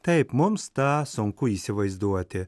taip mums tą sunku įsivaizduoti